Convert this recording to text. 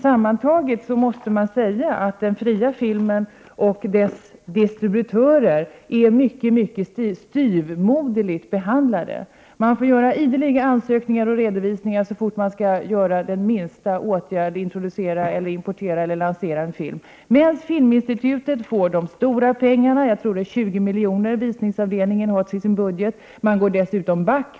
Sammantaget måste man säga att den fria filmen och dess distributörer är mycket styvmoderligt behandlade. Man får ideligen göra ansökningar och redovisningar så fort man tänker vidta den minsta åtgärd, introducera, importera eller lansera en film. Filminstitutet, däremot, får de stora pengarna — jag tror det är 20 milj.kr. som visningsavdelningen har till sin budget — och man går dessutom back.